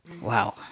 Wow